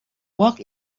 walk